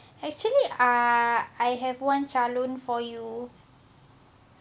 actually ah I have one calon for you